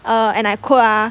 err and I quote ah